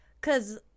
Cause